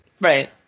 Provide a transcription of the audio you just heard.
Right